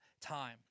time